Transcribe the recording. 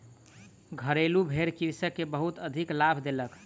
घरेलु भेड़ कृषक के बहुत अधिक लाभ देलक